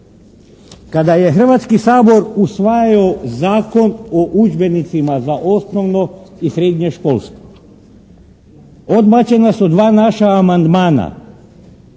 Kada je Hrvatski sabor usvajao Zakon o udžbenicima za osnovno i srednje školstvo odbačena su dva naša amandmana